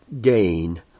gain